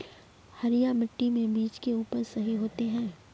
हरिया मिट्टी में बीज के उपज सही होते है?